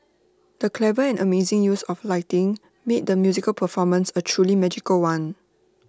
the clever and amazing use of lighting made the musical performance A truly magical one